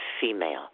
female